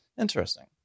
Interesting